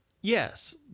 Yes